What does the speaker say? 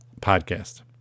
podcast